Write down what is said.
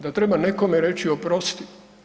Da treba nekome reći oprosti.